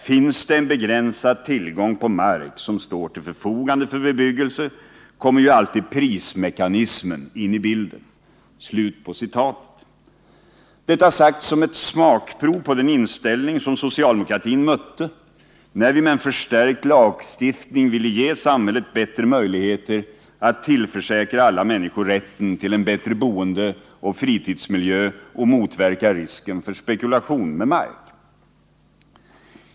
Finns det en begränsad tillgång på mark, som står till förfogande för bebyggelse, kommer ju alltid prismekani smen in i bilden.” Detta sagt som ett smakprov på den inställning som socialdemokratin mötte när vi med en förstärkt lagstiftning ville ge samhället bättre möjligheter att tillförsäkra alla människor rätten till en bättre boendeoch fritidsmiljö och motverka risken för spekulation med mark.